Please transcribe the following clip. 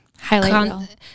highlight